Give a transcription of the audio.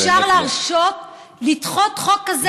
איך אפשר להרשות לדחות חוק כזה,